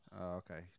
okay